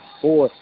four